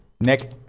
Nick